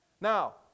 Now